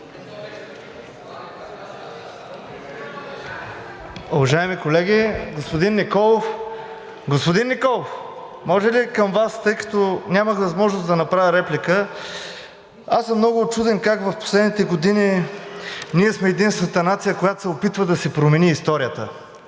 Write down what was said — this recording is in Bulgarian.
Уважаеми колеги, господин Николов! Господин Николов, може ли към Вас, тъй като нямах възможност да направя реплика. Аз съм много учуден как в последните години ние сме единствената нация, която се опитва да си промени историята.